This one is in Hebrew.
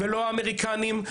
לא האמריקנים,